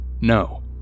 No